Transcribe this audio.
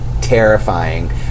terrifying